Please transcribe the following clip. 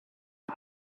you